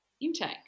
intake